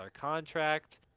contract